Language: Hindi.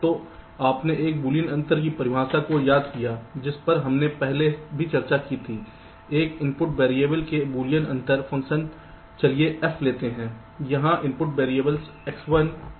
तो आपने एक बूलियन अंतर की परिभाषा को याद किया जिस पर हमने पहले भी चर्चा की थी एक इनपुट वैरिएबल के बूलियन अंतर फ़ंक्शन चलिए f लेते हैं जहां इनपुट वेरिएबल X 1 X 2 से Xn हैं